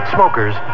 Smokers